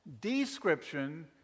Description